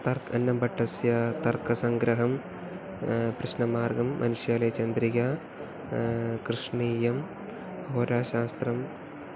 तर्कः अन्नम्बट्टस्य तर्कसङ्ग्रहं कृष्णमार्गं मनुष्यालयचन्द्रिका कृष्णीयं होराशास्त्रं